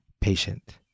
patient